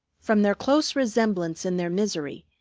from their close resemblance in their misery,